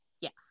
Yes